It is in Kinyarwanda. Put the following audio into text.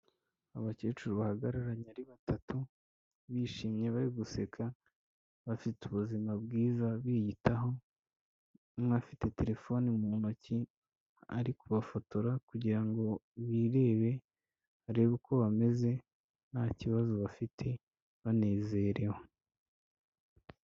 Abakecuru bahagararanye ari batatu, bishimye bari guseka, bafite ubuzima bwiza biyitaho; umwe afite telefoni mu ntoki ari kubafotora kugirango birebe, barebe uko bameze, nta kibazo bafite banezerewe.